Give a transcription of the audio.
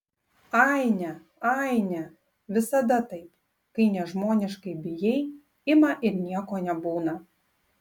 aine aine visada taip kai nežmoniškai bijai ima ir nieko nebūna